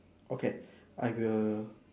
okay I will